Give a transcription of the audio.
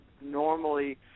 normally